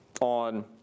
on